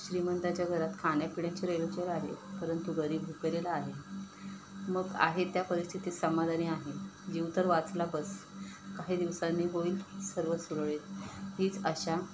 श्रीमंताच्या घरात खाण्यापिण्याचे रेलचेल आहे परंतु गरीब भुकेलेला आहे मग आहे त्या परिस्थितीत समाधानी आहे जीव तर वाचला बस काही दिवसांनी होईल सर्व सुरळीत हीच आशा